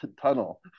tunnel